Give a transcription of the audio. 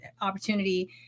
opportunity